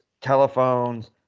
telephones